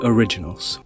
Originals